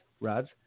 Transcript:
rods